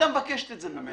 הייתה מבקשת את זה ממני.